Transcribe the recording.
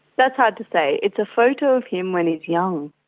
that's hard to say. it's a photo of him when he's young,